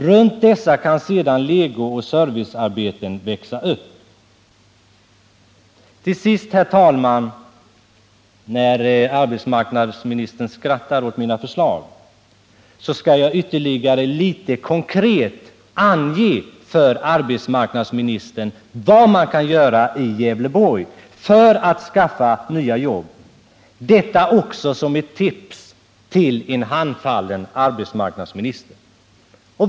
Runt dessa kan sedan legooch servicearbeten växa upp. Herr talman! Arbetsmarknadsministern ler åt mina förslag, men jag skall ändå en aning konkret ange för arbetsmarknadsministern vad som bl.a. kan göras i Gävleborgs län för att skapa nya jobb — detta också som ett tips till en handfallen arbetsmarknadsminister: 1.